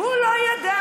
הוא לא ידע.